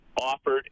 offered